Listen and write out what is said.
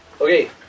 Okay